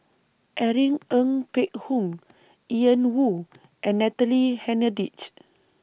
Irene Ng Phek Hoong Ian Woo and Natalie Hennedige